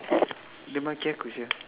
dia maki aku sia